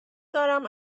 دارم